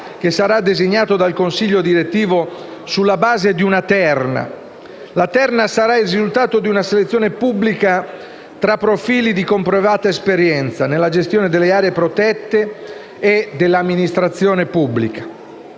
che sarà designato dal consiglio direttivo sulla base di una terna. La terna sarà il risultato di una selezione pubblica tra profili di comprovata esperienza nella gestione delle aree protette e dell’amministrazione pubblica.